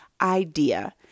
idea